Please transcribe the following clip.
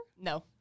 No